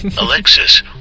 Alexis